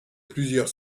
plusieurs